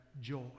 joy